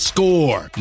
Score